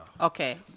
okay